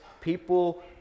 People